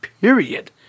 period